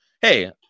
hey